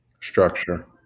Structure